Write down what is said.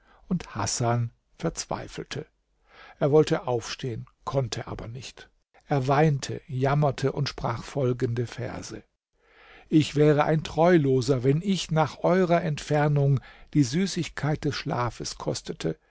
und hasan verzweifelte er wollte aufstehen konnte aber nicht er weinte jammerte und sprach folgende verse ich wäre ein treuloser wenn ich nach eurer entfernung die süßigkeit des schlafes kostete